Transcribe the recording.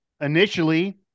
initially